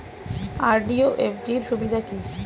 RD ও FD র সুবিধা কি?